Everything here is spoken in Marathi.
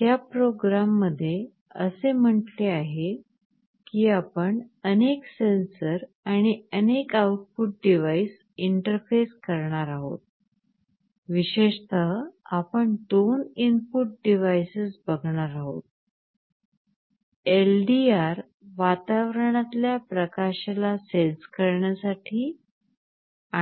या प्रयोगामध्ये असे म्हटले आहे की आपण अनेक सेन्सर आणि अनेक आउटपुट डिवाइस इंटरफेस करणार आहोत विशेषत आपण दोन इनपुट डिव्हायसेस बघणार आहोत LDR वातावरणातल्या प्रकाशला सेन्स करण्यासाठी